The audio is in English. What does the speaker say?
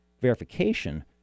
verification